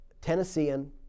Tennessean